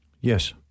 Yes